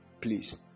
please